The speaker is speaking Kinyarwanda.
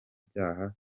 byaha